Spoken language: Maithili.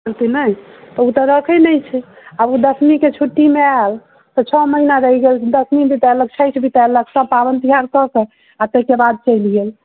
से नहि तऽ ओतऽ रखै नहि छै आब ओ दसवीं के छुट्टी मे ऐल तऽ छओ महीना रहि गेल दसमी बितैलक छठि बितैलक सभ पाबनि तिहार कऽ कऽ आ ताहि के बाद चलि गेल